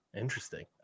Interesting